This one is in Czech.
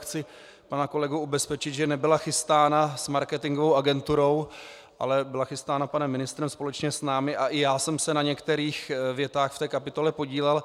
Chci pana kolegu ubezpečit, že nebyla chystána s marketingovou agenturou, ale byla chystána panem ministrem společně s námi a i já jsem se na některých větách v té kapitole podílel.